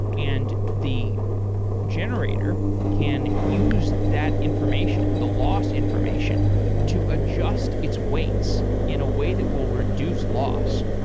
and the generator can use that information, the loss information to adjust its weights in a way that will reduce loss.